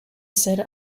said